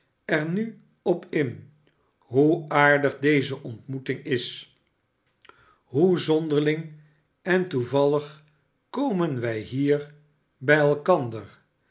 er nu op in shoeaardig deze ontmoeting is hoe zonderling en toevallig komeii wij hier bij elkander